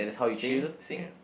sing sing